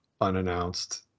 unannounced